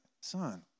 son